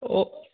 ഓ